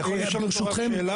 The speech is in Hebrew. אני יכול לשאול, ברשותכם?